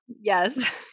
Yes